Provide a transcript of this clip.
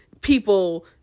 people